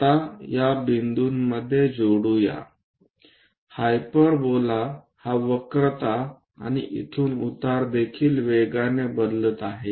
आता या बिंदूंमध्ये जोडूया हाइपरबोला हा वक्रता आणि इथून उतार देखील वेगाने बदलत आहे